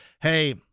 hey